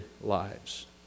lives